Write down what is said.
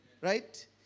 right